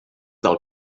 del